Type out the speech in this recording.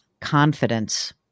Confidence